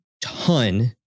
ton